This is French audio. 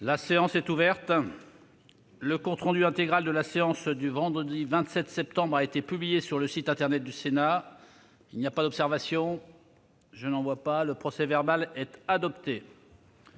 La séance est ouverte. Le compte rendu intégral de la séance du vendredi 27 septembre 2019 a été publié sur le site internet du Sénat. Il n'y a pas d'observation ?... Le procès-verbal est adopté.